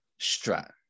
strat